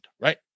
Right